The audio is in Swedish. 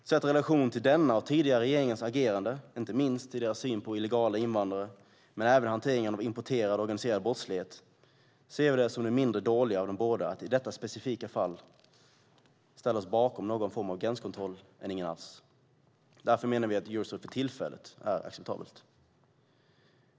Sett i relation till denna och tidigare regeringars agerande, inte minst deras syn på illegala invandrare men även hanteringen av importerad och organiserad brottslighet, ser vi det som det mindre dåliga av de båda alternativen att i detta specifika fall ställa oss bakom någon form av gränskontroll i stället för ingen alls. Därför menar vi att Eurosur för tillfället är acceptabelt.